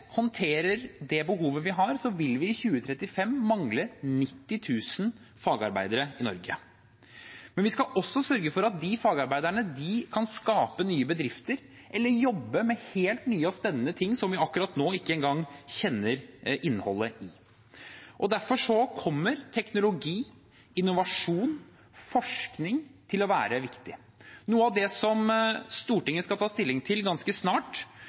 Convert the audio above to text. håndterer det behovet vi har, vil vi i 2035 mangle 90 000 fagarbeidere i Norge. Men vi skal også sørge for at de fagarbeiderne kan skape nye bedrifter eller jobbe med helt nye og spennende ting som vi akkurat nå ikke engang kjenner innholdet i. Derfor kommer teknologi, innovasjon og forskning til å være viktig. Noe av det Stortinget skal ta stilling til ganske snart,